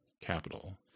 capital